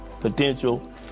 potential